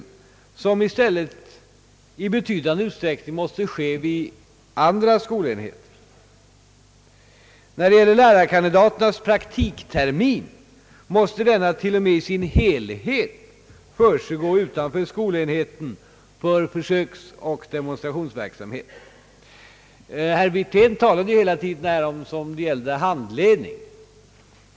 Denna måste i stället i betydande utsträckning ske vid andra skolenheter. Lärarkandidaternas praktiktermin måste t.o.m. helt och hållet försiggå utanför skolenheten för försöksoch demonstrationsverksamhet. Herr Wirtén talade här hela tiden som om det gällde i huvudsak handledning.